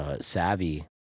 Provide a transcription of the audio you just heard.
savvy